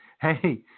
Hey